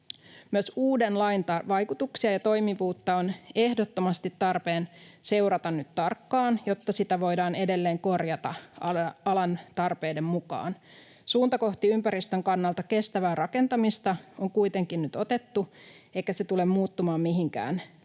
Myös uuden lain vaikutuksia ja toimivuutta on ehdottomasti tarpeen seurata nyt tarkkaan, jotta sitä voidaan edelleen korjata alan tarpeiden mukaan. Suunta kohti ympäristön kannalta kestävää rakentamista on kuitenkin nyt otettu, eikä se tule muuttumaan mihinkään.